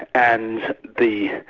and the,